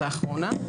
לאחרונה,